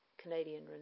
Canadian